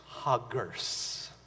huggers